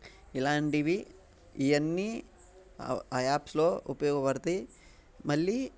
ఇలాంటివి ఇవన్నీ ఆ యాప్స్లో ఉపయోగపడతాయి మళ్ళీ